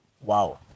Wow